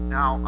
Now